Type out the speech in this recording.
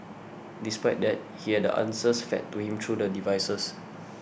despite that he had the answers fed to him through the devices